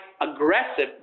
aggressive